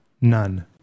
None